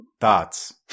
Thoughts